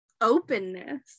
Openness